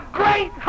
great